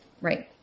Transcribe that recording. Right